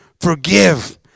Forgive